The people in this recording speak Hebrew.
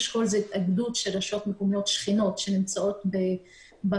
אשכול זה התאגדות של רשויות מקומיות שכנות שנמצאות במרחב.